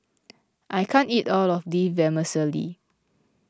I can't eat all of this Vermicelli